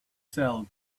sell